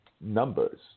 numbers